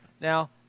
Now